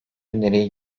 öneriyi